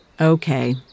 Okay